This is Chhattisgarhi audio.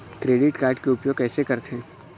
क्रेडिट कारड के उपयोग कैसे करथे?